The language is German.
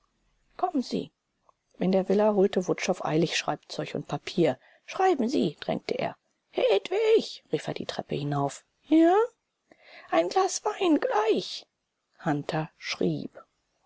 kommen sie in der villa holte wutschow eilig schreibzeug und papier schreiben sie drängte er hedwig rief er die treppe hinauf ja ein glas wein gleich hunter schrieb